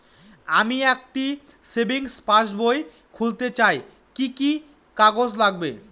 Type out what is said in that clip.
আমি একটি savings passbook খুলতে চাই কি কি কাগজ লাগবে?